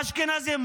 אשכנזים,